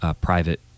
private